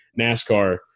NASCAR